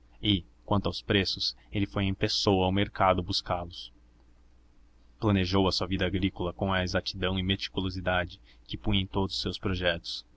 e quanto aos preços ele foi em pessoa ao mercado buscá-los planejou a sua vida agrícola com a exatidão e meticulosidade que punha em todos os seus projetos